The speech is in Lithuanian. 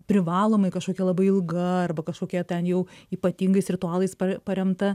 privalomai kažkokia labai ilga arba kažkokia ten jau ypatingais ritualais paremta